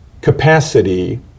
capacity